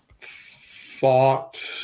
thought